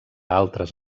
altres